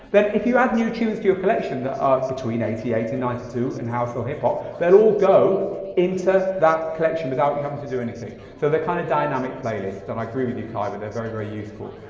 then if you add new tunes to your collection that are between eighty eight and ninety two and house or hip hop, they'll all go into that collection without you having to do anything. so they're kind of dynamic playlist and i agree with you khyber, they're very very useful.